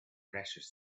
precious